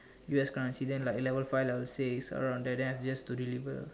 U_S currency then like level five level six around there then just to deliver